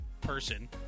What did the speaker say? person